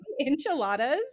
enchiladas